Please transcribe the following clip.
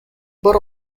but